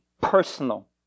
personal